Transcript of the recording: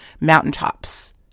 mountaintops